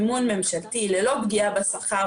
המעסיק שלי לא הפסיק לעבוד גם בסגרים,